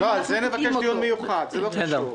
על זה נבקש דיון מיוחד, זה לא קשור.